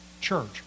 Church